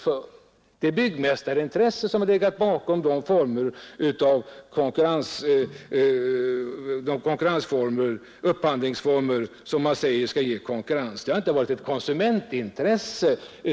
Det är ett byggmästarintresse som har legat bakom de upphandlingsformer som man säger skall ge konkurrens, det har inte varit ett konsumentintresse.